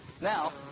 Now